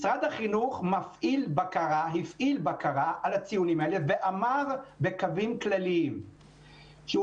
משרד החינוך הפעיל בקרה על הציונים האלה ואמר בקווים כלליים שהוא